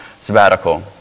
sabbatical